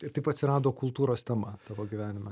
ir taip atsirado kultūros tema tavo gyvenime